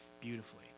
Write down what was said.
beautifully